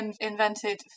invented